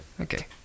Okay